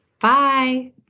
Bye